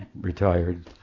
retired